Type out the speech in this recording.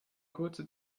kurze